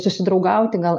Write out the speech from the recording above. susidraugauti gal